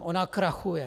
Ona krachuje.